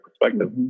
Perspective